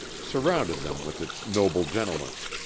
surrounded them with its noble gentleness.